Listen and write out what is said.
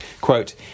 Quote